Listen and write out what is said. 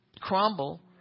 crumble